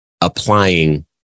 applying